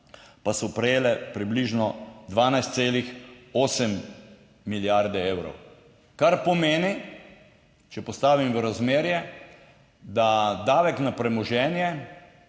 pa so prejele približno 12,8 milijarde evrov, kar pomeni, če postavim v razmerje, da davek na premoženje